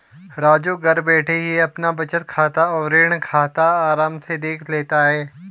राजू घर बैठे ही अपना बचत खाता और ऋण खाता आराम से देख लेता है